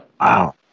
Wow